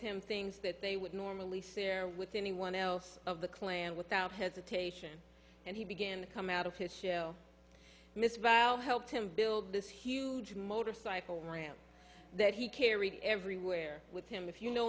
him things that they would normally see there with anyone else of the clan without hesitation and he began to come out of his shell misfile helped him build this huge motorcycle ramp that he carried everywhere with him if you know